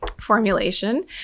formulation